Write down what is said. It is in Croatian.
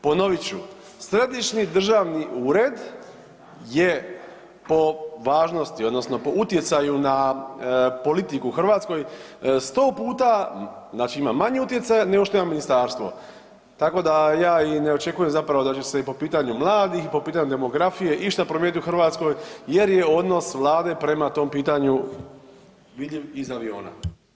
Ponovit ću, središnji državni ured je po važnosti odnosno po utjecaju na politiku u Hrvatskoj, 100 puta znači manje utjecaja nego što ima ministarstvo, tako da ja i ne očekujem zapravo da će se i po pitanju mladih i po pitanju demografije išta promijeniti u Hrvatskoj jer je odnos Vlade prema tom pitanju vidljiv iz aviona.